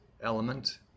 element